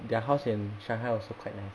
their house in shanghai also quite nice